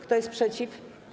Kto jest przeciw?